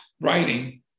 writing